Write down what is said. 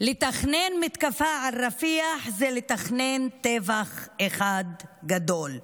לתכנן מתקפה על רפיח זה לתכנן טבח אחד גדול,